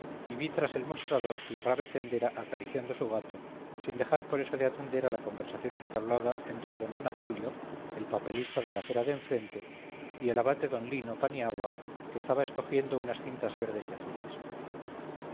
y vi tras el mostrador a la grave tendera acariciando su gato sin dejar por eso de atender a la conversación entablada entre d anatolio el papelista de la acera de enfrente y el abate d lino paniagua que estaba escogiendo unas cintas verdes y azules